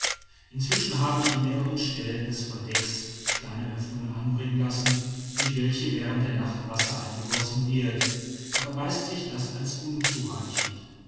inzwischen habe ich an mehreren stellen des verdecks kleine oeffnungen anbringen lassen durch welche während der nacht wasser eingegossen wird doch erweist sich das als unzureichend